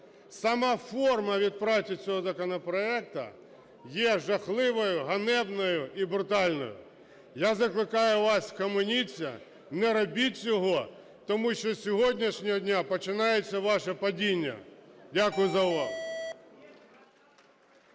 Сама форма відпрацювання цього законопроекту є жахливою, ганебною і брутальною. Я закликаю вас, схаменіться, не робіть цього, тому що з сьогоднішнього дня починається ваше падіння. Дякую за увагу.